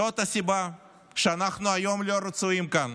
זאת הסיבה שאנחנו היום לא רצויים כאן.